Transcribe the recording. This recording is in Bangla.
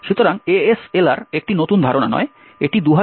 সুতরাং ASLR একটি নতুন ধারণা নয়